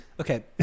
Okay